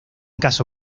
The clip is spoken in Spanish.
caso